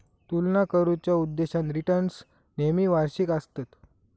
तुलना करुच्या उद्देशान रिटर्न्स नेहमी वार्षिक आसतत